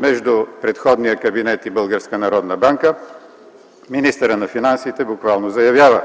между предходния кабинет и Българската народна банка, министърът на финансите буквално заявява: